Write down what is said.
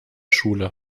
schule